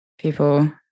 People